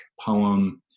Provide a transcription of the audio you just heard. poem